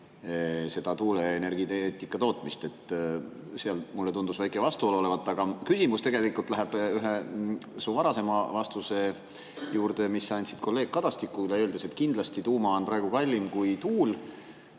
seda tuuleenergia tootmist. Mulle tundub, et seal on väike vastuolu. Aga mu küsimus tegelikult läheb ühe su varasema vastuse juurde, mis sa andsid kolleeg Kadastikule, öeldes, et kindlasti tuum on praegu kallim kui tuul.